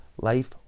Life